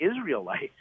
Israelites